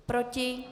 Proti?